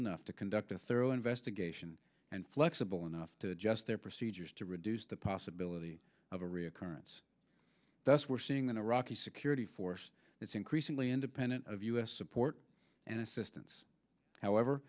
enough to conduct a thorough investigation and flexible enough to just their procedures to reduce the possibility of a reoccurrence that's we're seeing an iraqi security force that's increasingly independent of u s support and assistance however